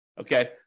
okay